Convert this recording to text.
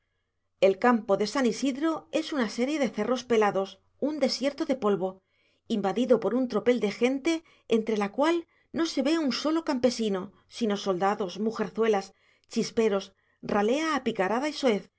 el campo de san isidro es una serie de cerros pelados un desierto de polvo invadido por un tropel de gente entre la cual no se ve un solo campesino sino soldados mujerzuelas chisperos ralea apicarada y